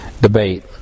debate